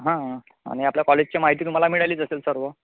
हां आणि आपल्या कॉलेजची माहिती तुम्हाला मिळालीच असेल सर्व